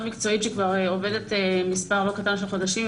מקצועית שכבר עובדת מספר לא קטן של חודשים,